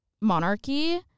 monarchy